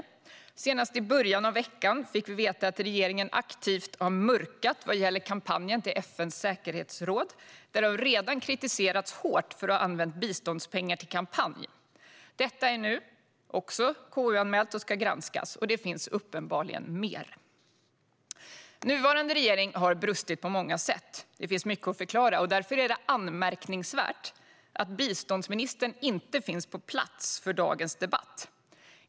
Så sent som i början av veckan fick vi veta att regeringen aktivt mörkat vad gäller kampanjen till FN:s säkerhetsråd, där man redan kritiserats hårt för att ha använt biståndspengar till kampanj. Detta är nu också KU-anmält och ska granskas. Det finns uppenbarligen mer. Nuvarande regering har brustit på många sätt. Det finns mycket att förklara. Därför är det anmärkningsvärt att biståndsministern inte är på plats för dagens debatt.